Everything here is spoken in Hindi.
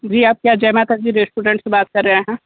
जी आप क्या जय माता दी रेस्टोरेंट से बात कर रहे हैं